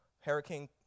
Hurricane